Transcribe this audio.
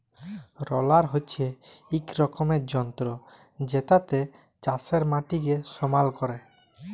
roller হচ্যে এক রকমের যন্ত্র জেতাতে চাষের মাটিকে সমাল ক্যরে